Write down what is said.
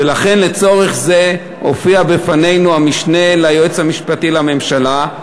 ולכן לצורך זה הופיע בפנינו המשנה ליועץ המשפטי לממשלה,